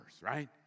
right